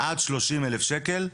עד שלושים אלף שקל,